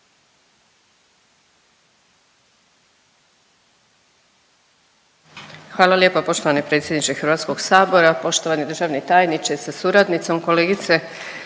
Hvala lijepa poštovani predsjedniče Hrvatskog sabora. Poštovani državni tajniče sa suradnicom, kolegice